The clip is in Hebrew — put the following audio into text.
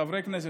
חברי כנסת,